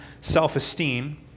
self-esteem